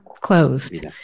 closed